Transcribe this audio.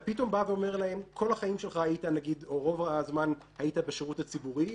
אתה פתאום בא ואומר להם: רוב הזמן היית בשירות הציבורי,